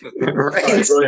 Right